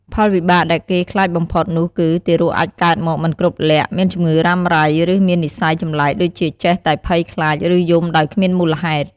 ផលវិបាកដែលគេខ្លាចបំផុតនោះគឺ ទារកអាចកើតមកមិនគ្រប់លក្ខណ៍ មានជំងឺរ៉ាំរ៉ៃ ឬមាននិស្ស័យចម្លែកដូចជាចេះតែភ័យខ្លាច ឬយំដោយគ្មានមូលហេតុ។